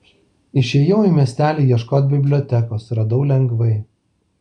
išėjau į miestelį ieškot bibliotekos radau lengvai